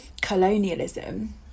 colonialism